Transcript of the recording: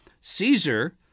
Caesar